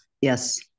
Yes